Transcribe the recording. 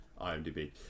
IMDb